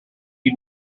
you